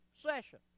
session